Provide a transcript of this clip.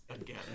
again